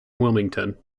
wilmington